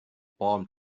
palm